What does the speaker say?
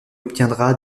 obtiendra